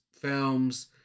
Films